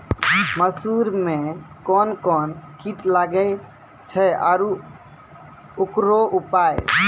मसूर मे कोन कोन कीट लागेय छैय आरु उकरो उपाय?